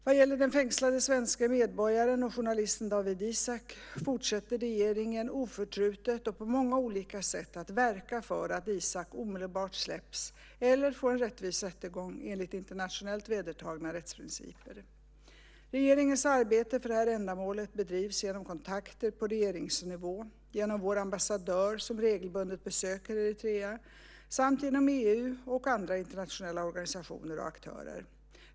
Vad gäller den fängslade svenske medborgaren och journalisten Dawit Isaak fortsätter regeringen oförtrutet och på många olika sätt att verka för att Isaak omedelbart släpps eller får en rättvis rättegång enligt internationellt vedertagna rättsprinciper. Regeringens arbete för detta ändamål bedrivs genom kontakter på regeringsnivå, genom vår ambassadör som regelbundet besöker Eritrea, samt genom EU och andra internationella organisationer och aktörer.